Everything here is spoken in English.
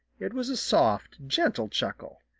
it was a soft, gentle chuckle.